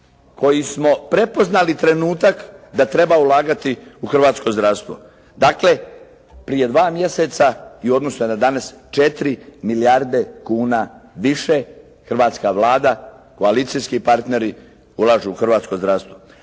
koji smo prepoznali trenutak da treba ulagati u hrvatsko zdravstvo. Dakle, prije dva mjeseca i u odnosu na danas 4 milijarde kuna više hrvatska Vlada, koalicijski partneri ulažu u hrvatsko zdravstvo.